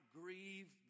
grieve